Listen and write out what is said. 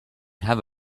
have